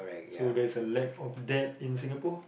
so there's a lack of that in Singapore